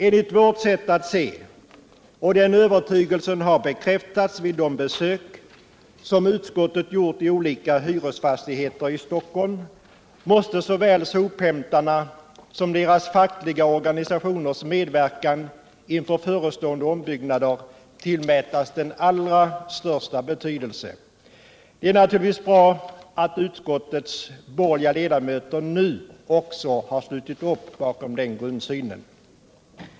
Enligt vårt sätt att se — och den övertygelsen har bekräftats vid de besök som utskottet har gjort i olika hyresfastigheter i Stockholm — måste såväl sophämtarnas som deras fackliga organisationers medverkan inför förestående ombyggnader tillmätas den allra största betydelse. Det är naturligtvis bra att utskottets borgerliga ledamöter nu också har slutit upp bakom den grundsynen.